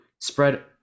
spread